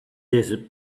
desert